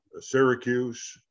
Syracuse